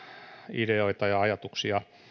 ideoita ja ajatuksia